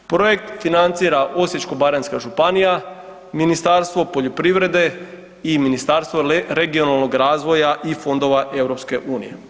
Projekt financira Osječko-baranjska županija, Ministarstvo poljoprivrede i Ministarstvo regionalnog razvoja i fondova EU.